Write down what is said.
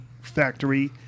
factory